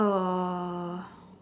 uh